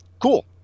Cool